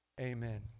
Amen